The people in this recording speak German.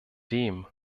dem